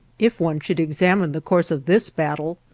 if one should examine the course of this battle,